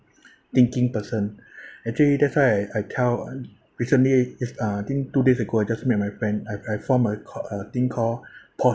thinking person actually that's what I I tell uh recently if I think two days ago I just met my friend I I form a ca~ a thing called